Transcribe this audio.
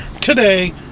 today